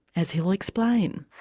as he'll explain.